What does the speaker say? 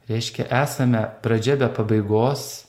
reiškia esame pradžia be pabaigos